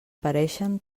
pareixen